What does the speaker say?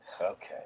Okay